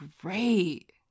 great